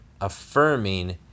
affirming